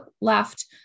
left